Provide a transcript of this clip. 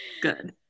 good